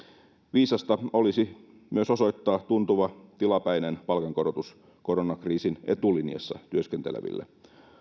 viisasta olisi myös osoittaa tuntuva tilapäinen palkankorotus koronakriisin etulinjassa työskenteleville